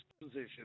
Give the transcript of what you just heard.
position